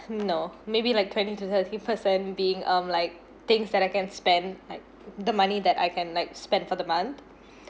no maybe like twenty to thirty percent being um like things that I can spend like the money that I can like spend for the month